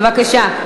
בבקשה.